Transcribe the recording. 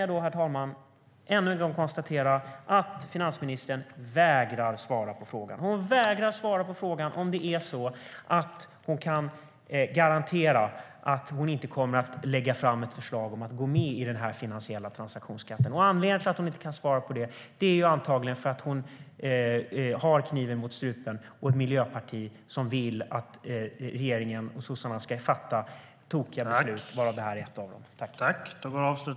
Jag kan än en gång konstatera att finansministern vägrar att svara på frågan. Hon vägrar att svara på om hon kan garantera att hon inte kommer att lägga fram ett förslag om att gå med i den finansiella transaktionsskatten. Anledningen till att hon inte kan svara på det är antagligen att hon har kniven mot strupen och ett miljöparti som vill att regeringen och sossarna ska fatta tokiga beslut, varav det här är ett.